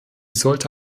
sollte